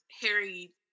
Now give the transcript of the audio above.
Harry